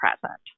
present